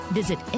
visit